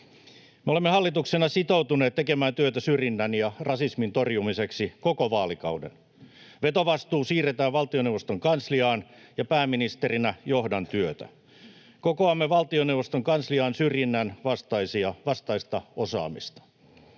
Me olemme hallituksena sitoutuneet tekemään työtä syrjinnän ja rasismin torjumiseksi koko vaalikauden. Vetovastuu siirretään valtioneuvoston kansliaan, ja minä pääministerinä johdan työtä. Kokoamme valtioneuvoston kansliaan syrjinnän vastaista osaamista.